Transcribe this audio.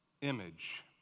image